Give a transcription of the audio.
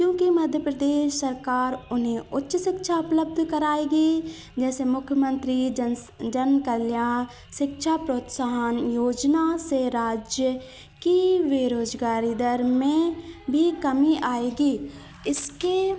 क्योंकि मध्यप्रदेश सरकार उन्हें उच्च शिक्षा उपलब्ध कराएगी जैसे मुख्यमन्त्री जन जन कल्याण शिक्षा प्रोत्साहन योजना से राज्य की वह रोज़गारी दर में कमी आएगी इसके